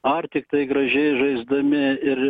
ar tiktai gražiai žaisdami ir